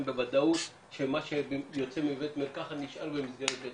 בוודאות שמה שיוצא מבית המרקחת נשאר בבתי המרקחת.